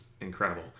incredible